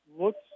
looks